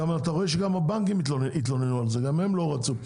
אתה רואה שגם הבנקים התלוננו על זה, גם הם לא רצו.